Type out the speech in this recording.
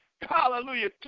hallelujah